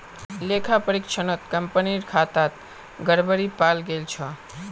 लेखा परीक्षणत कंपनीर खातात गड़बड़ी पाल गेल छ